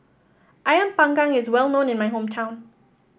ayam panggang is well known in my hometown